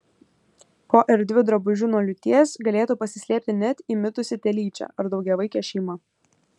po erdviu drabužiu nuo liūties galėtų pasislėpti net įmitusi telyčia ar daugiavaikė šeima